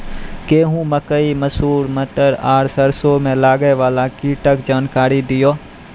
गेहूँ, मकई, मसूर, मटर आर सरसों मे लागै वाला कीटक जानकरी दियो?